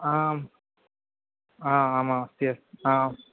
आम् आ आम् अस्ति हा